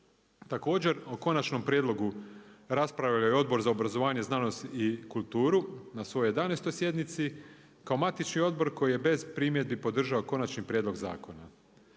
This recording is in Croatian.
Također, o konačnom prijedlogu rasprave Odbor za obrazovanje, znanosti i kulturu, na svojoj 11 sjednici, kao matični odbor koji je bez primjedbi podržao konačni prijedlog zakona.